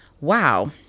wow